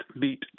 beat